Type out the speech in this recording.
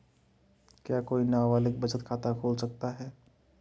क्या कोई नाबालिग बचत खाता खोल सकता है?